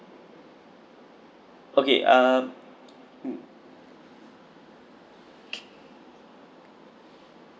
okay err